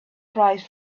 price